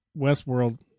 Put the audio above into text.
Westworld